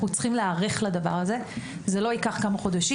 צריכים להיערך לדבר הזה וזה לא ייקח כמה חודשים.